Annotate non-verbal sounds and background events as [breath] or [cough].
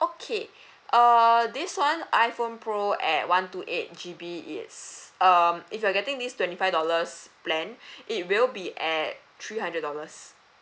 okay [breath] uh this one iphone pro at one two eight G_B it's um if you are getting this twenty five dollars plan [breath] it will be at three hundred dollars